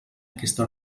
aquesta